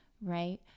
right